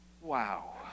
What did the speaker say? Wow